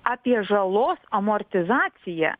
apie žalos amortizaciją